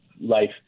life